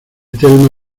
telma